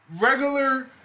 regular